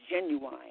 genuine